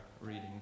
reading